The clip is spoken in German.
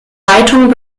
leitung